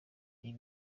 iyi